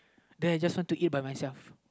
then I just want to eat by myself